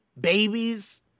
babies